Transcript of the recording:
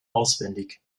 auswendig